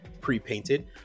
pre-painted